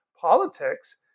politics